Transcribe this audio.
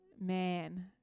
man